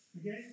Okay